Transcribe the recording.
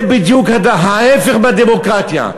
זה בדיוק ההפך מהדמוקרטיה.